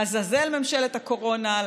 לעזאזל ממשלת הקורונה,